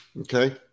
Okay